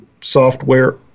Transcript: software